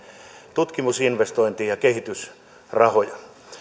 tutkimusinvestointia ja kehitysrahoja